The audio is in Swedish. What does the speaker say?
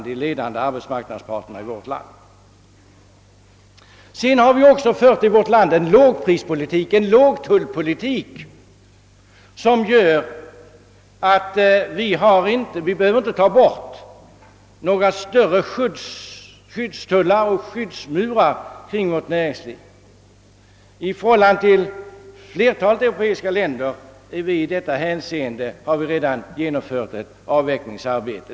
Vi har också i vårt land fört en låg Prisoch lågtullspolitik, som medfört att vi inte behöver avveckla några tullmurar som skyddat vårt näringsliv. Vi har i förhållande till flertalet europeiska länder hunnit långt i dessa avvecklingssträvanden.